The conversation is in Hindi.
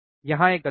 यहाँ एक गलती है